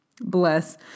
bless